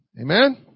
Amen